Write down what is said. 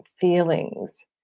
feelings